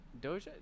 Doja